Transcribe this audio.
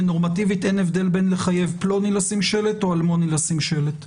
ונורמטיבית אין הבדל בין חיוב פלוני לשים שלט או אלמוני לשים שלט.